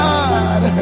God